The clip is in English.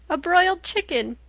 a broiled chicken!